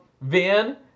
van